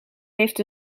heeft